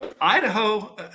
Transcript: Idaho